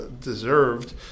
deserved